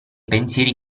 pensieri